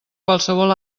qualsevol